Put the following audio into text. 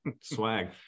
Swag